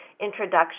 introduction